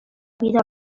vida